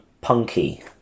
punky